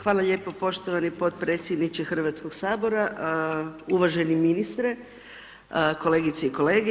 Hvala lijepo poštovani podpredsjedniče Hrvatskog sabora, uvaženi ministre, kolegice i kolege.